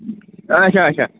اَچھا اَچھا